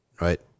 right